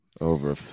over